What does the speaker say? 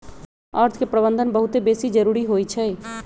अर्थ के प्रबंधन बहुते बेशी जरूरी होइ छइ